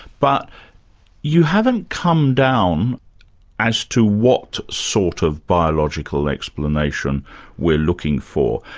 but you haven't come down as to what sort of biological explanation we're looking for.